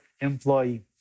employee